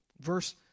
verse